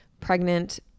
pregnant